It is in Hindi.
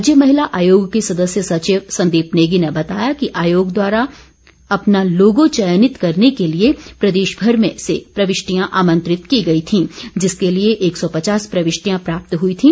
राज्य महिला आयोग के सदस्य सचिव संदीप नेगी ने बताया कि आयोग द्वारा अपना लोगो चयनित करने के लिए प्रदेशभर से प्रविष्टियां आमंत्रित की गई थी जिसके लिए डेढ़ सौ प्रविष्टियां प्राप्त हुई थी